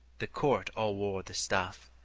the court all wore the stuff,